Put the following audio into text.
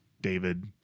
david